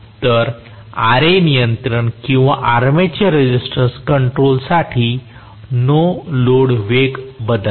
तर Ra नियंत्रण किंवा आर्मेचर रेझिस्टन्स कंट्रोलसाठी नो लोड वेग बदलणार